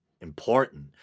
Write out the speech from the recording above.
important